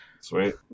sweet